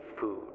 food